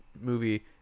movie